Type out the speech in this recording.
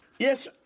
Yes